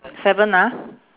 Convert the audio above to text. seven ah